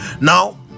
Now